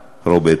כבוד היושב-ראש,